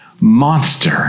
monster